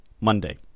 Monday